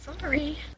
sorry